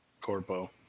Corpo